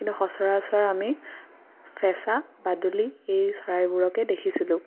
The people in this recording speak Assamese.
কিন্তু সচৰাচৰ আমি ফেঁচা বাদুলি এই চৰাইবোৰকে দেখিছিলোঁ